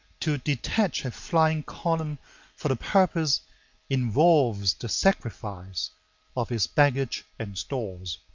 to detach a flying column for the purpose involves the sacrifice of its baggage and stores.